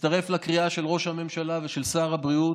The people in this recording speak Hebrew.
ומצטרף לקריאה של ראש הממשלה ושל שר הבריאות: